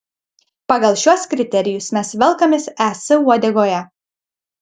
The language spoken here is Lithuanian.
pagal šiuos kriterijus mes velkamės es uodegoje